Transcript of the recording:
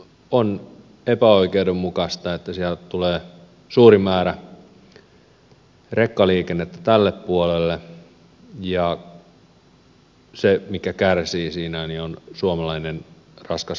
on epäoikeudenmukaista että sieltä tulee suuri määrä rekkaliikennettä tälle puolelle ja se mikä kärsii siinä on suomalainen raskasliikenneyrittäjä